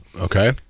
Okay